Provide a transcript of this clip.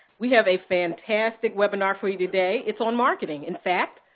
we have a fantastic webinar for you today. it's on marketing. in fact,